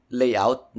layout